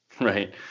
Right